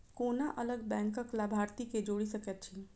कोना अलग बैंकक लाभार्थी केँ जोड़ी सकैत छी?